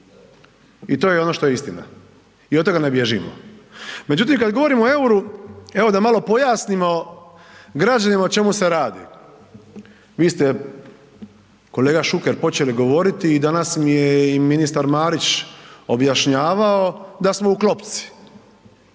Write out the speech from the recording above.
i to je ono što je istina i od toga ne bježimo. Međutim, kad govorimo o EUR-u evo da malo pojasnimo građanima o čemu se radi, vi ste kolega Šuker počeli govoriti i danas mi je i ministar Marić objašnjavao da smo u klopci